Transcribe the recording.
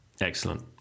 Excellent